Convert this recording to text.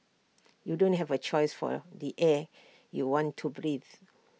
you don't have A choice for the air you want to breathe